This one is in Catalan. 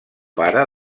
pare